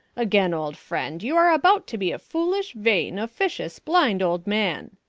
again, old friend, you are about to be a foolish, vain, officious, blind old man.